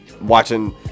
watching